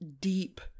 Deep